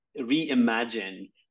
reimagine